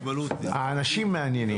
האנשים מעניינים.